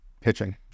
Pitching